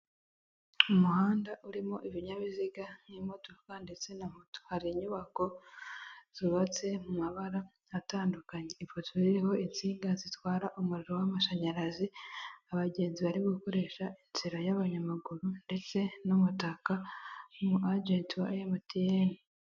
Umuhanda urimo ibinyabiziga n'imodoka ndetse na moto hari inyubako zubatse mu mabara atandukanye, ifoto iriho insinga zitwara umuriro w'amashanyarazi, abagenzi bari gukoresha inzira y'abanyamaguru ndetse n'umutaka n'umu ajenti wa emutiyeni.